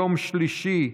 יום שלישי,